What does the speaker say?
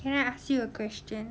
can I ask you a question